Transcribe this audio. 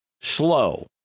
slow